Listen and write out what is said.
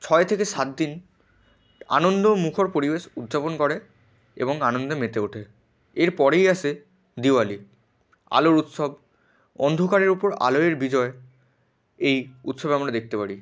ছয় থেকে সাত দিন আনন্দমুখর পরিবেশ উদ্যাপন করে এবং আনন্দে মেতে ওঠে এর পরেই আসে দিওয়ালি আলোর উৎসব অন্ধকারের ওপর আলোর বিজয় এই উৎসবে আমরা দেখতে পারি